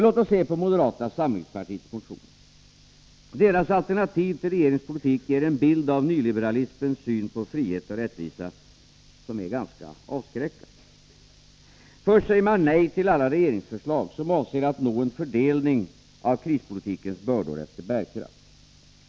Låt oss se på moderata samlingspartiets motion. Dess alternativ till regeringens politik ger en bild av nyliberalismens syn på frihet och rättvisa som är ganska avskräckande. Först säger man nej till alla regeringsförslag som avser att nå en fördelning av krispolitikens bördor efter bärkraft.